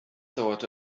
dauerte